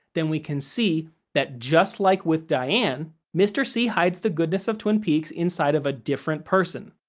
then we can see that just like with diane, mr. c hides the goodness of twin peaks inside of a different person,